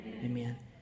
Amen